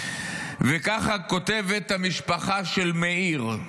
וככה כותבת המשפחה של מאיר,